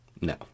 No